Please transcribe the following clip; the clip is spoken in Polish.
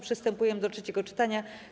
Przystępujemy do trzeciego czytania.